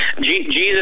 Jesus